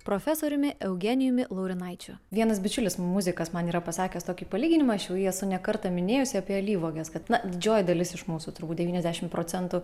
profesoriumi eugenijumi laurinaičiu vienas bičiulis muzikas man yra pasakęs tokį palyginimą aš jau jį esu ne kartą minėjusi apie alyvuoges kad na didžioji dalis iš mūsų turbūt devyniasdešim procentų